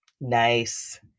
Nice